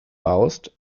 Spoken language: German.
baust